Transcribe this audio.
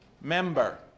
member